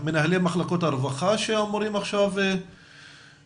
מנהלי מחלקות הרווחה אמורים להיות עכשיו אחראים?